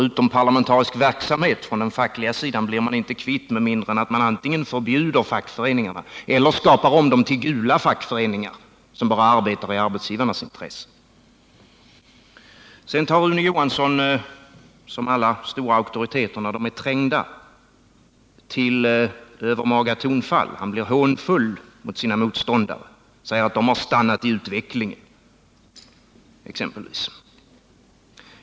Utomparlamentarisk verksamhet från den fackliga sidan blir man inte kvitt om man inte antingen förbjuder fackföreningarna eller skapar om dem till gula fackföreningar som bara arbetar i arbetsgivarnas intresse. Rune Johansson tar, som alla stora auktoriteter när de är trängda, till övermaga tonfall. Han blir hånfull mot sina motståndare och säger exempelvis att de har stannat i utvecklingen.